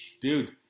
Dude